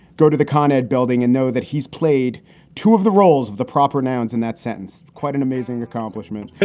go to the kind of building and know that he's played two of the roles of the proper nouns in that sentence. quite an amazing accomplishment.